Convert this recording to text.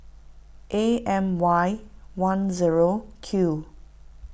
A M Y one zero Q